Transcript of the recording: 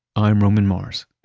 i'm roman mars.